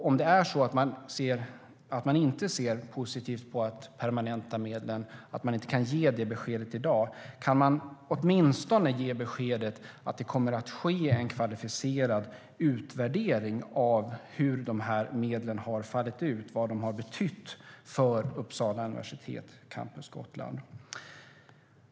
Om man inte ser positivt på det och inte kan ge detta besked i dag, kan man då åtminstone ge beskedet att det kommer att ske en kvalificerad utvärdering av hur medlen har fallit ut och vad de har betytt för Uppsala universitet - Campus Gotland?